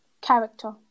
Character